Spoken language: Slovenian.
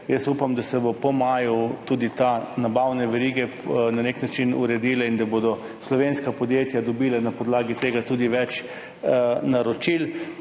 Upam, da se bodo po maju tudi te nabavne verige na nek način uredile in da bodo slovenska podjetja dobila na podlagi tega tudi več naročil.